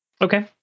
Okay